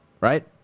Right